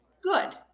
Good